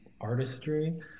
artistry